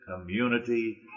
community